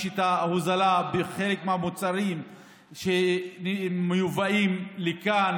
את ההוזלה בחלק מהמוצרים שמיובאים לכאן,